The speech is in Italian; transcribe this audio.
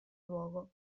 luogo